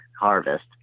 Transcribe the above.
harvest